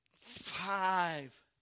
five